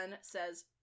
says